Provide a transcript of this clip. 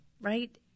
right